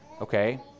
okay